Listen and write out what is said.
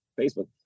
Facebook